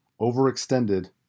overextended